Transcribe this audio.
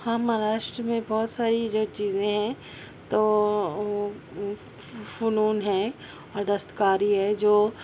ہاں مہاراشٹر میں بہت ساری جو ہے چیزیں ہیں تو وہ فنون ہیں اور دستکاری ہے جو